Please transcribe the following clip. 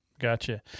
Gotcha